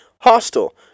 hostile